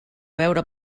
veure